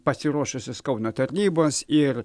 pasiruošusios kauno tarnybos ir